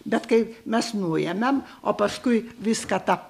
bet kai mes nuemėm o paskui viską tą